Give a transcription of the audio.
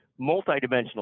multidimensional